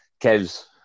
Kev's